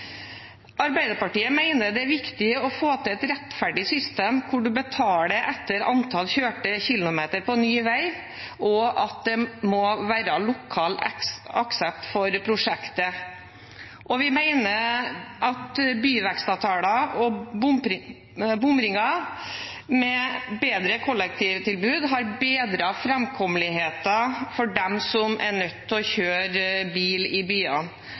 Arbeiderpartiet mener at det er viktig å få til et rettferdig system hvor man betaler etter antall kjørte kilometer på ny vei, og at det må være lokal aksept for prosjektet. Vi mener at byvekstavtaler og bomringer med bedre kollektivtilbud har bedret framkommeligheten for dem som er nødt til å kjøre bil i byene.